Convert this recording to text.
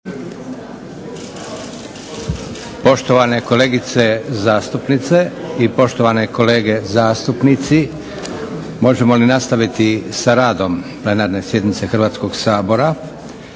Poštovane kolegice zastupnice i poštovane kolege zastupnici možemo li nastaviti sa radom plenarne sjednice Hrvatskog sabora?